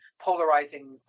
polarizing